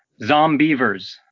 Zombievers